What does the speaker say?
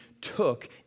took